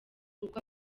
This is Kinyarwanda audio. kuko